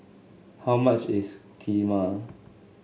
how much is Kheema